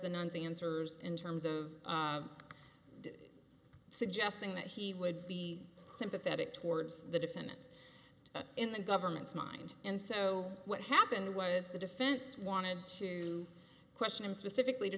the nuns and answers in terms of suggesting that he would be sympathetic towards the defendant in the government's mind and so what happened was the defense wanted to question him